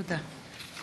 תודה.